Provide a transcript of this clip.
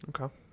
Okay